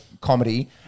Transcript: comedy